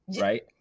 right